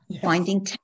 finding